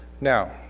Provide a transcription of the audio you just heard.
Now